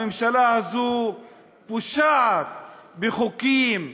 הממשלה הזאת פושעת בחוקים מקומיים,